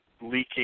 leaking